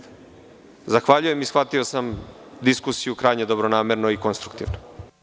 Zahvaljujem i shvatio sam diskusiju krajnje dobronamerno i konstruktivno.